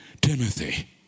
Timothy